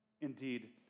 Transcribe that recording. Indeed